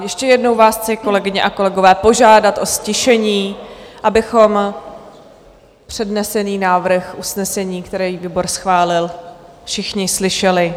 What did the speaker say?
Ještě jednou vás chci, kolegyně a kolegové, požádat o ztišení, abychom přednesený návrh usnesení, který výbor schválil, všichni slyšeli.